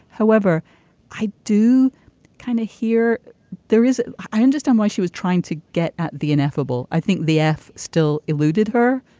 however i do kind of here there is i understand why she was trying to get at the ineffable. i think the f still eluded her